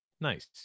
Nice